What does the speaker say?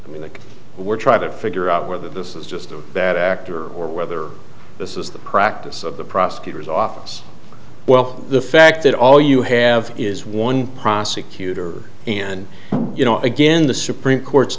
we're trying to figure out whether this is just a bad actor or whether this is the practice of the prosecutor's office well the fact that all you have is one prosecutor and you know again the supreme court's